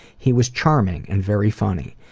he was charming and very funny.